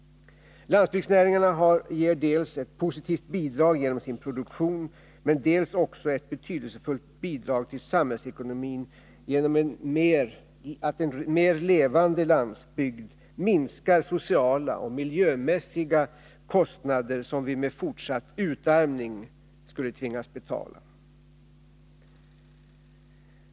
Landsbygdsnäringarna ger dels ett positivt bidrag genom sin produktion, dels också ett betydelsfullt bidrag till samhällsekonomin genom att en mer levande landsbygd minskar soc la och miljömässiga kostnader som vi med fortsatt utarmning skulle tvingas betala.